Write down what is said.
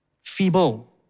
feeble